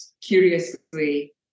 curiously